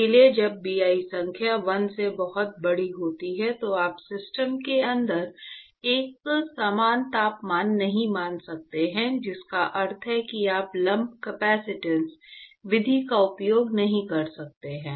इसलिए जब Bi संख्या 1 से बहुत बड़ी होती है तो आप सिस्टम के अंदर एक समान तापमान नहीं मान सकते हैं जिसका अर्थ है कि आप लम्प कपसिटंस विधि का उपयोग नहीं कर सकते हैं